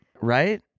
Right